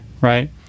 right